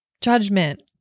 judgment